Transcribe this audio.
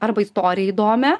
arba istoriją įdomią